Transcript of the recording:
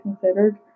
considered